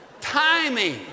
timing